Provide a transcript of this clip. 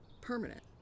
permanent